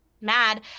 mad